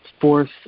force